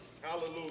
hallelujah